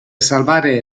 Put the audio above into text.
salvare